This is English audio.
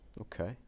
okay